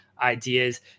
ideas